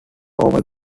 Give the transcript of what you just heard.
over